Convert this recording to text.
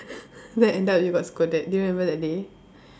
then end up you got scolded do you remember that day